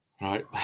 right